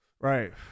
Right